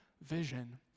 vision